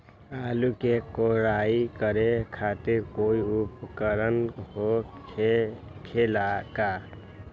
आलू के कोराई करे खातिर कोई उपकरण हो खेला का?